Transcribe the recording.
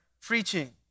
preaching